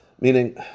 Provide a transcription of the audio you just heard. meaning